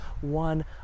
one